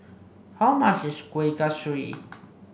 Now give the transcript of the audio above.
how much is Kueh Kasturi